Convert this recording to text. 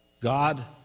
God